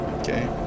okay